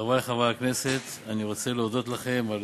חברי חברי הכנסת, אני רוצה להודות לכם על